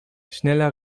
schneller